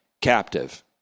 captive